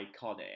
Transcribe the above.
iconic